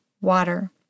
water